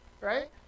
right